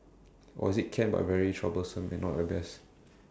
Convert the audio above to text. or is it can but very troublesome and not the best